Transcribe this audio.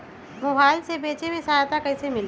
Mobile से बेचे में सहायता कईसे मिली?